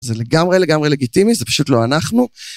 זה לגמרי לגמרי לגיטימי, זה פשוט לא אנחנו.